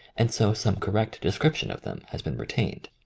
and so some correct description of them has been retained.